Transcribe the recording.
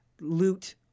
loot